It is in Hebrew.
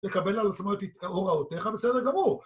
לקבל על עצמו את הוראותיך בסדר גמור.